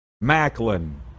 Macklin